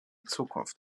zukunft